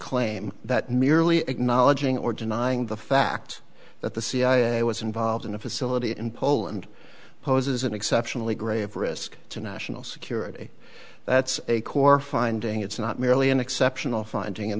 claim that merely acknowledging or denying the fact that the cia was involved in a facility in poland poses an exceptionally grave risk to national security that's a core finding it's not merely an exceptional finding in